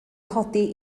codi